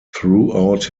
throughout